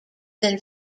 than